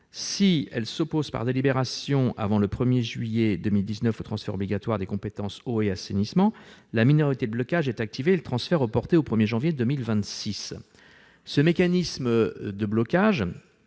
s'opposent, par délibération avant le 1 juillet 2019, au transfert obligatoire des compétences eau et assainissement, la minorité de blocage est activée et le transfert reporté au 1 janvier 2026. Ce mécanisme de blocage